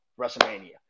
WrestleMania